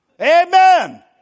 Amen